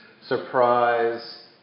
surprise